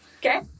Okay